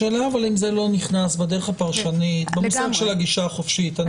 השאלה אם זה לא נכנס בדרך הפרשנית במושג של הגישה החופשית.